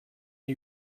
die